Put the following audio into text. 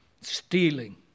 stealing